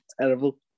terrible